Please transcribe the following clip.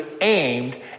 aimed